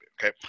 Okay